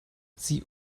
sie